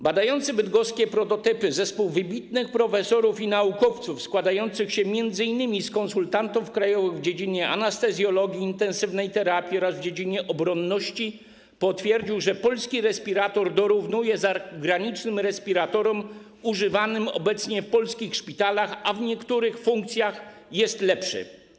Badający bydgoskie prototypy zespół wybitnych profesorów i naukowców składający się m.in. z konsultantów krajowych w dziedzinie anestezjologii, intensywnej terapii oraz w dziedzinie obronności potwierdził, że polski respirator dorównuje zagranicznym respiratorom używanym obecnie w polskich szpitalach, a w niektórych funkcjach jest lepszy.